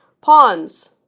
Pawns